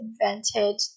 invented